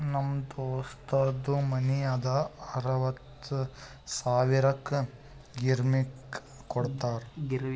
ನಮ್ ದೋಸ್ತದು ಮನಿ ಅದಾ ಅರವತ್ತ್ ಸಾವಿರಕ್ ಗಿರ್ವಿಗ್ ಕೋಟ್ಟಾರ್